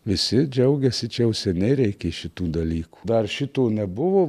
visi džiaugėsi čia jau seniai reikia šitų dalykų dar šito nebuvo